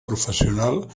professional